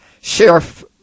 sheriff